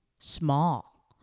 small